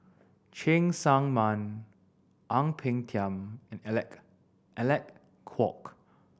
Cheng Tsang Man Ang Peng Tiam and Alec Alec Kuok